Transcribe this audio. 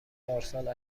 پارسال